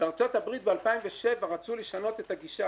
בארצות הברית ב-2007 רצו לשנות את הגישה.